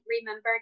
remember